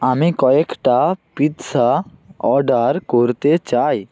আমি কয়েকটা pizza order করতে চাই